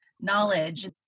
knowledge